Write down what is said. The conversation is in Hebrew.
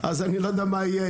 אז אני לא יודע מה יהיה,